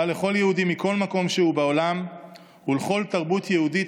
שבה לכל יהודי מכל מקום שהוא בעולם ולכל תרבות יהודית